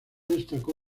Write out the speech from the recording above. destacó